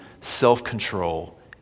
self-control